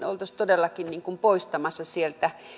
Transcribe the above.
oltaisiin todellakin poistamassa sieltä